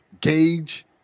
gauge